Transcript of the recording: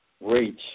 reach